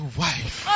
wife